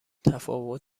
تفاوت